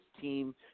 team